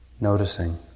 noticing